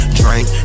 drink